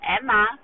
Emma